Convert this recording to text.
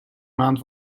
maand